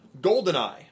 Goldeneye